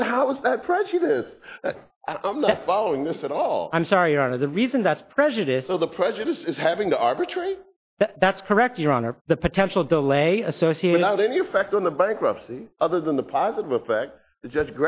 but how is that prejudice i'm not following this at all i'm sorry you are the reason that's prejudice so the prejudice is having the arbitrary that's correct your honor the potential de lay associates not any effect on the bankruptcy other than the positive effect